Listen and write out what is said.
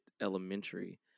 Elementary